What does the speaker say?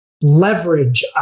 leverage